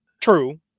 true